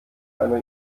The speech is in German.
einer